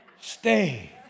Stay